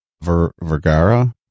Vergara